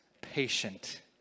patient